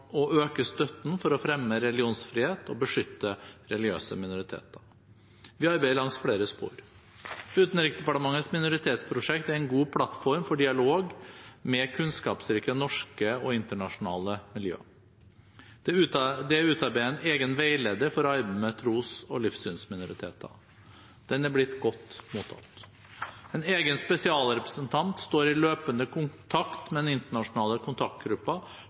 å øke støtten for å fremme religionsfrihet og beskytte religiøse minoriteter. Vi arbeider langs flere spor. Utenriksdepartementets minoritetsprosjekt er en god plattform for dialog med kunnskapsrike norske og internasjonale miljøer. Det er utarbeidet en egen veileder for arbeidet med tros- og livssynsminoriteter. Den er blitt godt mottatt. En egen spesialrepresentant står i løpende kontakt med den internasjonale